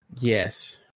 Yes